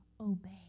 obey